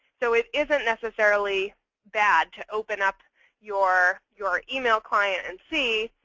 so it isn't necessarily bad to open up your your email client and see,